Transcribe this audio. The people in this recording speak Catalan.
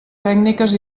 tècniques